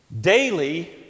Daily